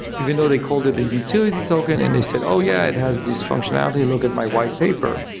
even though they called it the utility token and they said, oh, yeah. it has this functionality. look at my white paper.